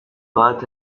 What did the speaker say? bart